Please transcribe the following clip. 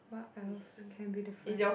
what else can be different